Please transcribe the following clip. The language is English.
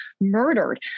murdered